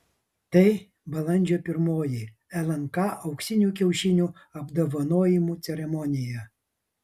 tai balandžio pirmoji lnk auksinių kiaušinių apdovanojimų ceremonija